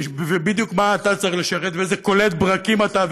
ובדיוק מה אתה צריך לשרת ואיזה קולט ברקים אתה,